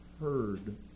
heard